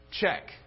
Check